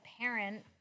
parent